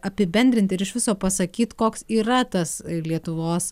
apibendrinti ir iš viso pasakyt koks yra tas lietuvos